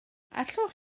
allwch